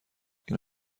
این